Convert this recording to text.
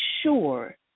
sure